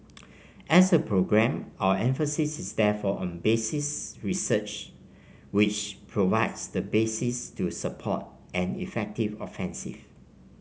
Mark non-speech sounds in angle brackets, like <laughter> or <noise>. <noise> as a programme our emphasis is therefore on basic research which provides the basis to support an effective offensive